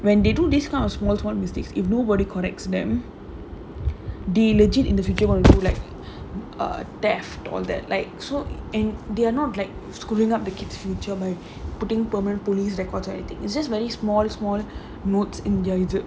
when they do this kind of small what mistakes if nobody connects them they legit in the future will do like um theft all that like so and they are not schooling up the kid's future my putting pumian police record it is just very small small notes